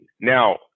Now